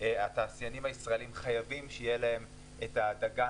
והתעשיינים הישראלים חייבים שיהיו להם את הדגן